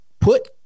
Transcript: put